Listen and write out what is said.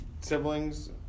siblings